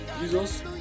Jesus